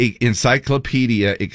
encyclopedia